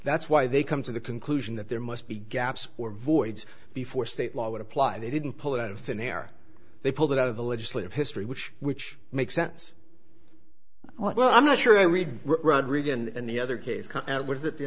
that's why they come to the conclusion that there must be gaps or voids before state law would apply they didn't pull it out of thin air they pulled it out of the legislative history which which makes sense well i'm not sure i read really and the other case was